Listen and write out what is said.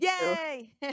Yay